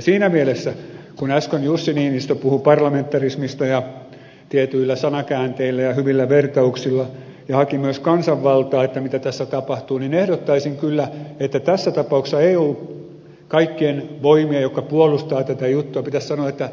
siinä mielessä kun äsken jussi niinistö puhui parlamentarismista tietyillä sanakäänteillä ja hyvillä vertauksilla ja haki myös kansanvaltaa että mitä tässä tapahtuu niin ehdottaisin kyllä että tässä tapauksessa kaikkien voimien jotka puolustavat tätä juttua pitäisi sanoa että